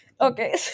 Okay